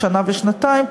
שנה ושנתיים,